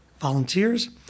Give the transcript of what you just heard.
volunteers